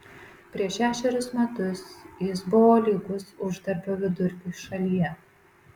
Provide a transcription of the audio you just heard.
prieš šešerius metus jis buvo lygus uždarbio vidurkiui šalyje